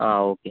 ആ ഓക്കെ